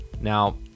Now